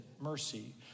mercy